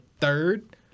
third